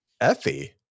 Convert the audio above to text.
Effie